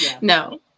no